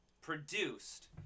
produced